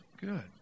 good